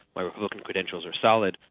my republican credentials are solid,